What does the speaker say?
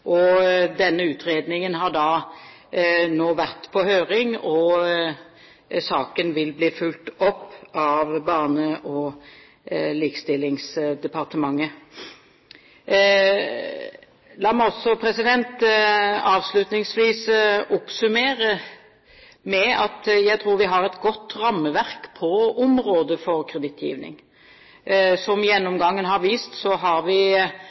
og denne utredningen har nå vært på høring, og saken vil bli fulgt opp av Barne- og likestillingsdepartementet. La meg også avslutningsvis oppsummere med at jeg tror vi har et godt rammeverk på området for kredittgivning. Som gjennomgangen har vist, har vi